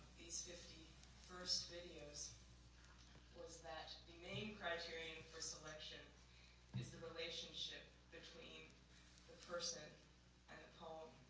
these fifty first videos was that the main criterion for selection is the relationship between the person and the poem.